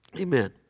Amen